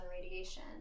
radiation